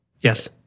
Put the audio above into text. Yes